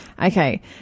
Okay